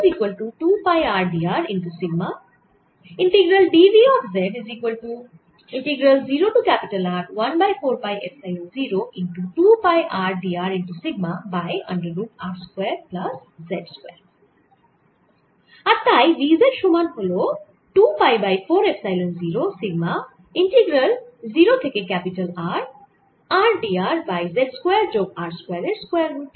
আর তাই V z সমান হল 2 pi by 4 pi epsilon 0 sigma integral 0 থেকে capital R r d r by z square যোগ r square এর স্কয়ার রুট